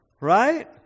right